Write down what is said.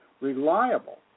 reliable